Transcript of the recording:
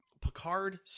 Picard